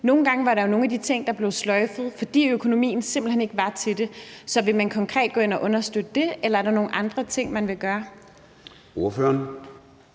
nogle gange var der jo nogle af de ting, der blev sløjfet, fordi økonomien simpelt hen ikke var til det. Så vil man konkret gå ind at understøtte det, eller er der nogle andre ting, man vil gøre?